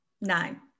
Nine